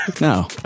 No